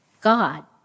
God